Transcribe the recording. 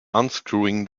unscrewing